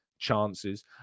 chances